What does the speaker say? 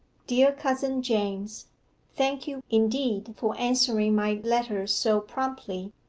dear cousin james thank you indeed for answering my letter so promptly.